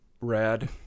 Rad